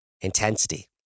intensity